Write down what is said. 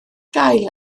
gael